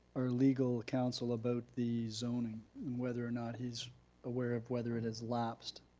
our legal counsel about the zoning and whether or not he's aware of whether it has lapsed,